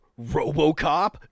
Robocop